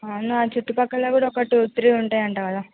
అవునా చుట్టుపక్కల కూడా ఒక టూ త్రీ ఉంటాయంట కదా